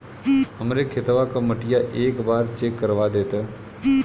हमरे खेतवा क मटीया एक बार चेक करवा देत?